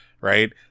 right